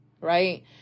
right